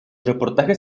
reportajes